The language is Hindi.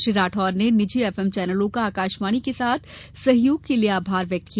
श्री राठौड़ ने निजी एफएम चैनलों का आकाशवाणी के साथ सहयोग के लिए आभार व्यक्त किया